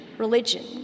Religion